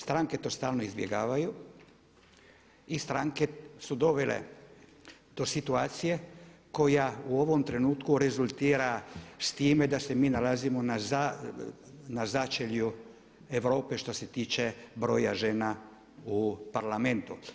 Stranke to stalno izbjegavaju i stranke su dovele do situacije koja u ovom trenutku rezultira s time da se mi nalazimo na začelju Evrope što se tiče broja žena u Parlamentu.